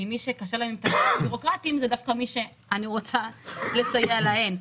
כי מי שקשה להם עם תבחינים בירוקרטיים זה דווקא מי שאני רוצה לסייע להם.